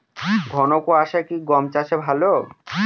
ঘন কোয়াশা কি গম চাষে ভালো?